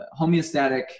homeostatic